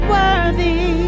worthy